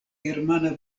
germana